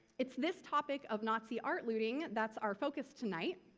it's this topic of nazi art looting that's our focus tonight.